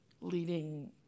leading